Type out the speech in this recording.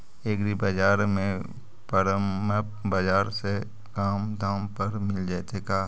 एग्रीबाजार में परमप बाजार से कम दाम पर मिल जैतै का?